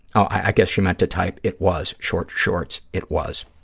i guess she meant to type it was, short shorts it was.